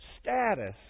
status